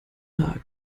nahe